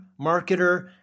marketer